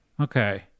Okay